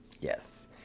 Yes